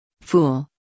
Fool